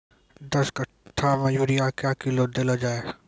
दस कट्ठा मे यूरिया क्या किलो देलो जाय?